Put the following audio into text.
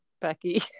Becky